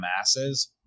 masses